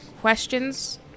questions